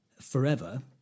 forever